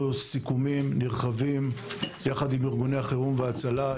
סיכומים נרחבים ביחד עם ארגוני החירום וההצלה,